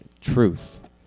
Truth